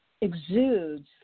exudes